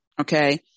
okay